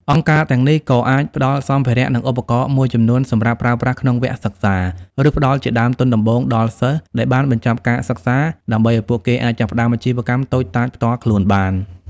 អង្គការទាំងនេះក៏អាចផ្តល់សម្ភារៈ និងឧបករណ៍មួយចំនួនសម្រាប់ប្រើប្រាស់ក្នុងវគ្គសិក្សា ឬផ្តល់ជាដើមទុនដំបូងដល់សិស្សដែលបានបញ្ចប់ការសិក្សា ដើម្បីឱ្យពួកគេអាចចាប់ផ្តើមអាជីវកម្មតូចតាចផ្ទាល់ខ្លួនបាន។